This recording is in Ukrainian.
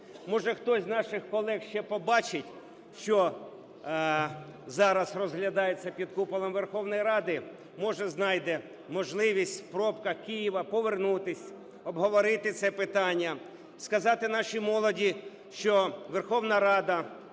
Може, хтось з наших колег ще побачить, що зараз розглядається під куполом Верховної Ради, може знайде можливість у пробках Києва повернутися, обговорити це питання, сказати нашій молоді, що Верховна Рада